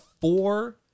four